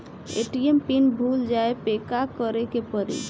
ATM PIN भूल जाए पे का करे के पड़ी?